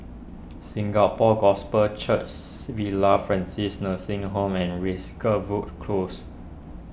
Singapore Gospel Church Villa Francis Nursing Home and Close